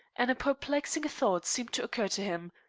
and a perplexing thought seemed to occur to him.